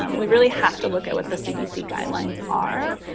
um we really have to look at what the cdc guidelines are.